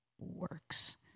works